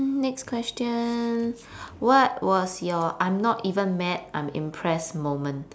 mm next question what was your I'm not even mad I'm impressed moment